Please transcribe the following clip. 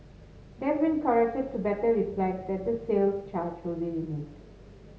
it has been corrected to better reflect that the sales charge will be removed